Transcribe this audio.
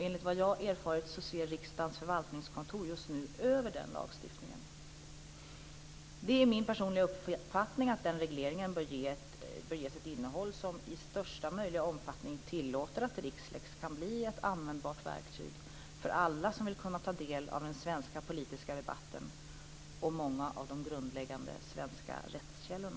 Enligt vad jag erfarit ser Riksdagens förvaltningskontor just nu över den lagstiftningen. Det är min personliga uppfattning att den regleringen bör ges ett innehåll som i största möjliga omfattning tillåter att Rixlex kan bli ett användbart verktyg för alla som vill kunna ta del av den svenska politiska debatten och många av de grundläggande svenska rättskällorna.